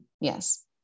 yes